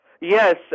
Yes